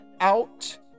Out